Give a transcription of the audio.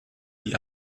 die